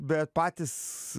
bet patys